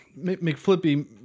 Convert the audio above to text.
McFlippy